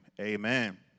amen